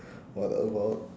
what about